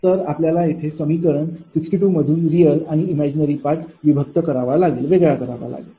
तर आपल्याला येथे समीकरण 62 मधून रियल आणि इमॅजिनरी पार्ट विभक्त करावा लागेल